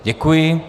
Děkuji.